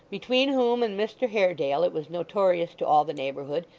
between whom and mr haredale, it was notorious to all the neighbourhood,